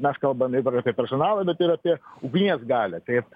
mes kalbam ir apie personalą bet ir apie ugnies galią taip